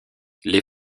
les